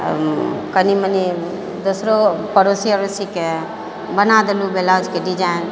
कनी मनी दोसरो पड़ोसी अड़ोसीके बना देलहुँ ब्लाउजके डिजाइन